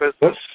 business